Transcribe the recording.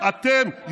אתם,